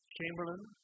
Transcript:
Chamberlain